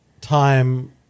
time